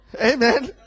amen